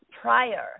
prior